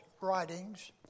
writings